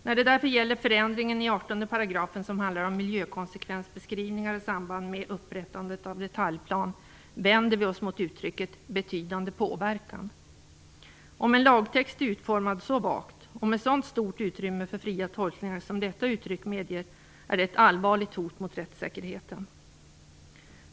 När det därför gäller förändringen i 18 §, som handlar om miljökonsekvensbeskrivningar i samband med upprättande av detaljplan, vänder vi oss mot uttrycket "betydande påverkan". Om en lagtext är utformad så vagt och med sådant stort utrymme för fria tolkningar som detta uttryck medger är det ett allvarligt hot mot rättssäkerheten.